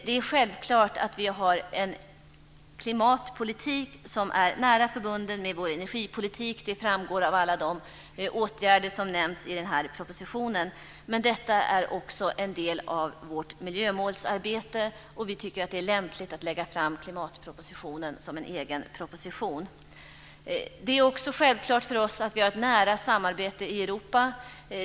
Det är självklart att vi har en klimatpolitik som är nära förbunden med vår energipolitik. Det framgår av alla de åtgärder som nämns i den här propositionen. Men detta är också en del av vårt miljömålsarbete. Vi tycker att det är lämpligt att lägga fram klimatpropositionen som en egen proposition. Det är också självklart för oss att vi har ett nära samarbete i Europa.